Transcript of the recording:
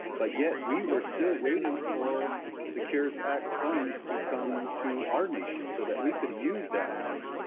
but yet, we were still waiting for the cares act funds to come to our nation so that we could use that money,